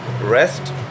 rest